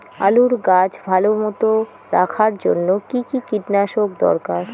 আলুর গাছ ভালো মতো রাখার জন্য কী কী কীটনাশক দরকার?